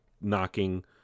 knocking